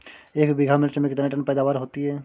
एक बीघा मिर्च में कितने टन पैदावार होती है?